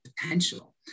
potential